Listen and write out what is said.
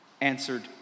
answered